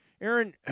Aaron